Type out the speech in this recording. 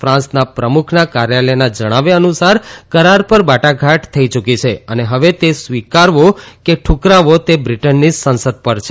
ફાન્સના પ્રમુખના કાર્યાલયના જણાવ્યા અનુસાર કરાર પર વાટાઘાટ થઈ ચૂકી છે અને હવે તે સ્વીકારવો કે ઠુકરાવવો તે બ્રિટનની સંસદ પર છે